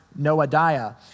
Noadiah